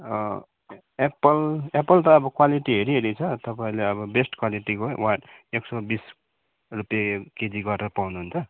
Apple apple त अब quality हेरिहेरि छ तपाईँले अब बेस्ट क्वालिटीको एक सौ बिस रुपियाँ केजी गरेर पाउनु हुन्छ